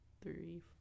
three